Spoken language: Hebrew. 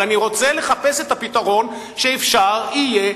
אבל אני רוצה לחפש את הפתרון שאפשר יהיה,